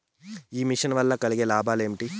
ఈ మిషన్ వల్ల కలిగే లాభాలు ఏమిటి?